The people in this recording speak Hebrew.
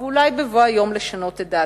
ואולי בבוא היום לשנות את דעתה.